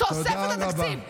תוספת לתקציב.